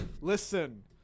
listen